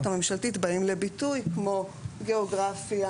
הממשלתית באים לביטוי כמו גיאוגרפיה,